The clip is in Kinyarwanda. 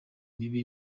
mibi